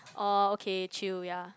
orh okay chill ya